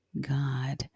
God